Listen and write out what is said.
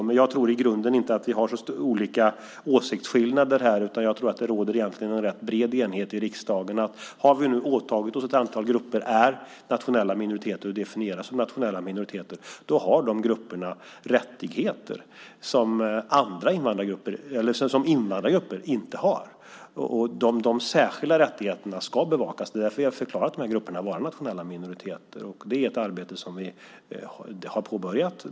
Men jag tror att vi i grunden inte har så stora åsiktsskillnader i fråga om detta, utan jag tror att det egentligen råder en rätt bred enighet i riksdagen om att när vi nu har bestämt att ett antal grupper är nationella minoriteter och definierar dem som nationella minoriteter så har dessa grupper rättigheter som invandrargrupper inte har. Och dessa särskilda rättigheter ska bevakas. Det är därför som vi har förklarat att dessa grupper är nationella minoriteter. Och det är ett arbete som vi har påbörjat.